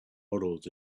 models